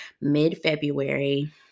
mid-February